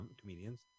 comedians